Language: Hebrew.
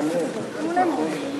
בסדר.